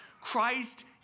Christ